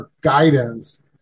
guidance